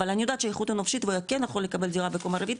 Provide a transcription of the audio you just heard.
אבל אני יודעת שהנכות היא נפשית והוא כן יכול לקבל דירה בקומה רביעית,